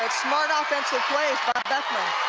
smart ah offensive plays by beckman.